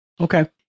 Okay